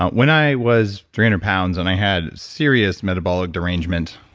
um when i was three hundred pounds and i had serious metabolic derangement,